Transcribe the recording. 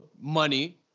money